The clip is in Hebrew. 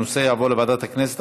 הנושא יעבור לוועדת הכנסת,